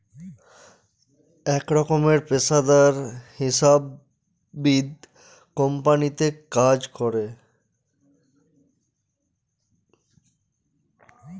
এক রকমের পেশাদার হিসাববিদ কোম্পানিতে কাজ করে